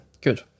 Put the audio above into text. Good